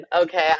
okay